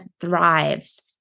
thrives